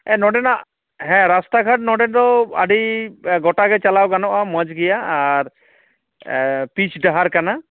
ᱮ ᱱᱚᱰᱮᱱᱟᱜ ᱦᱮᱸ ᱨᱟᱥᱛᱟ ᱜᱷᱟᱴ ᱱᱚᱰᱮ ᱫᱚ ᱟᱹᱰᱤ ᱜᱚᱴᱟ ᱜᱮ ᱪᱟᱞᱟᱣ ᱜᱟᱱᱚᱜᱼᱟ ᱢᱚᱡᱽ ᱜᱮᱭᱟ ᱟᱨ ᱯᱤᱪ ᱰᱟᱦᱟᱨ ᱠᱟᱱᱟ